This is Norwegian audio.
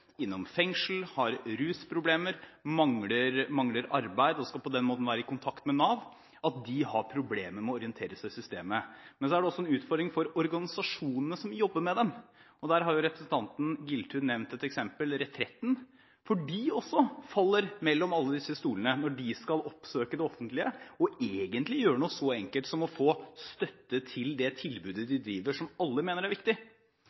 innom fengsel, har rusproblemer, mangler arbeid og skal på den måten være i kontakt med Nav – har problemer med å orientere seg i systemet. Men så er det også en utfordring for organisasjonene som jobber med dem, og der har representanten Giltun nevnt et eksempel, Retretten, for de faller også mellom alle disse stolene når de skal oppsøke det offentlige og egentlig gjøre noe så enkelt som å få støtte til det tilbudet de driver, som alle mener er viktig.